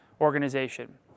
Organization